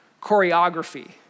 choreography